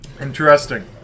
Interesting